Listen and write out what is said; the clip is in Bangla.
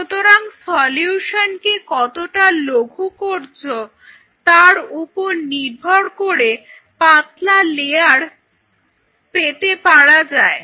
তুমি সলিউশনকে কতটা লঘু করেছো তার ওপর নির্ভর করে পাতলা লেয়ারও পেতে পারা যায়